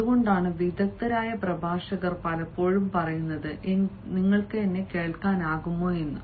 അതുകൊണ്ടാണ് വിദഗ്ദ്ധരായ പ്രഭാഷകർ പലപ്പോഴും പറയുന്നത് എനിക്ക് കേൾക്കാനാകുമോ എന്ന്